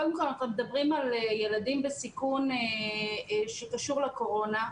קודם כל אנחנו מדברים על ילדים בסיכון שקשור לקורונה.